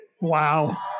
Wow